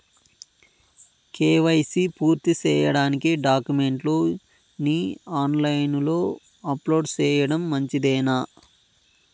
KYC పూర్తి సేయడానికి డాక్యుమెంట్లు ని ఆన్ లైను లో అప్లోడ్ సేయడం మంచిదేనా?